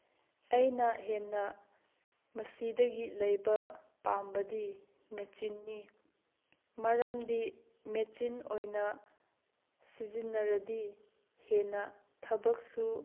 ꯑꯩꯅ ꯍꯦꯟꯅ ꯃꯁꯤꯗꯒꯤ ꯂꯩꯕ ꯄꯥꯝꯕꯗꯤ ꯃꯦꯆꯤꯟꯅꯤ ꯃꯔꯝꯗꯤ ꯃꯦꯆꯤꯟ ꯑꯣꯏꯅ ꯁꯤꯖꯤꯟꯅꯔꯗꯤ ꯍꯦꯟꯅ ꯊꯕꯛꯁꯨ